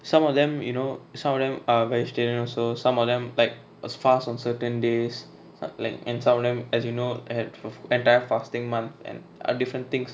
some of them you know some of them are vegetarian also some of them like fast on certain days like and some of them as you know had an entire fasting month and have different things